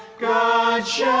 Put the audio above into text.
god shed